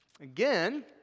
Again